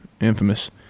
Infamous